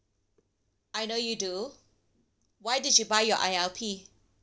I know you do why did you buy your I_L_P